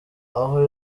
aho